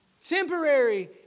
Temporary